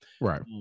right